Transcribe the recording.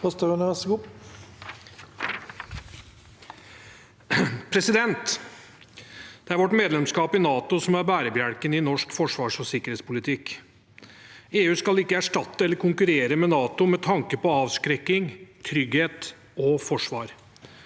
rapport. Det er vårt medlemskap i NATO som er bærebjelken i norsk forsvars- og sikkerhetspolitikk. EU skal ikke erstatte eller konkurrere med NATO når det gjelder avskrekking, trygghet og forsvar,